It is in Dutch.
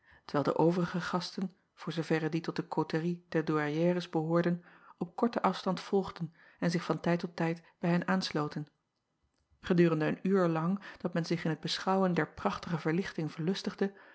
terwijl de overige gasten voor zooverre die tot de coterie der ouairières behoorden op korten afstand volgden en zich van tijd tot tijd bij hen aansloten edurende een uur lang dat men zich in het beschouwen der prachtige verlichting